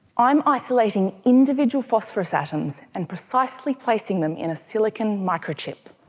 i'm isolating individual phosphorus atoms and precisely placing them in a silicon microchip.